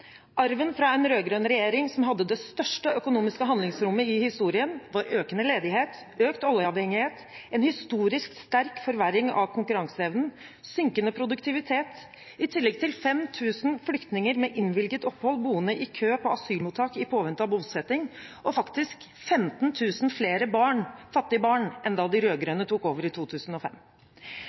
Arven fra en rød-grønn regjering som hadde det største økonomiske handlingsrommet i historien, var økende ledighet, økt oljeavhengighet, en historisk sterk forverring av konkurranseevnen og synkende produktivitet, i tillegg til 5 000 flyktninger med innvilget opphold boende i kø på asylmottak i påvente av bosetting, og faktisk 15 000 flere fattige barn enn da de rød-grønne tok over i 2005.